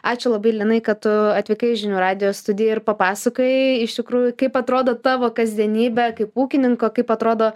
ačiū labai linai kad tu atvykai į žinių radijo studiją ir papasakojai iš tikrųjų kaip atrodo tavo kasdienybė kaip ūkininko kaip atrodo